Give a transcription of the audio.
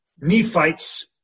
Nephites